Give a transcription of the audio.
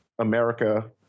America